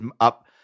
up